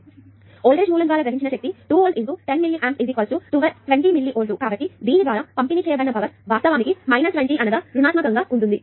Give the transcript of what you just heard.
కాబట్టి వోల్టేజ్ మూలం ద్వారా గ్రహించిన శక్తి 2 వోల్ట్ 10 మిల్లియాంప్స్ 20 మిల్లీవోల్ట్ల కాబట్టి దీని ద్వారా పంపిణీ చేయబడిన పవర్ వాస్తవానికి 20 అనగా ప్రతికూలంగా ఉంటుంది